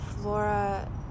flora